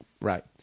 Right